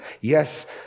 Yes